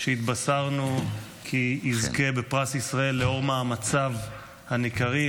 שהתבשרנו כי יזכה בפרס ישראל לאור מאמציו הניכרים,